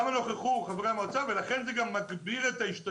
תסתכלו כמה חברי מועצה נכחו קודם לכן ולכן זה גם מגביר את ההשתתפות.